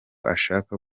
ashaka